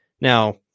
Now